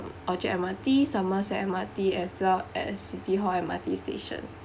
orchard M_R_T somerset M_R_T as well at city hall M_R_T station